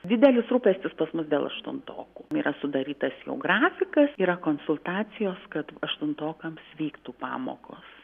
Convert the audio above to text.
didelis rūpestis pas mus dėl aštuntokų yra sudarytas jau grafikas yra konsultacijos kad aštuntokams vyktų pamokos